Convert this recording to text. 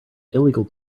illegal